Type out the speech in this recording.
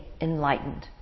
enlightened